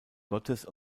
gottes